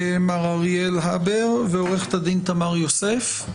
מר אריאל הבר ועו"ד תמר יוסף.